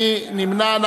מי נמנע?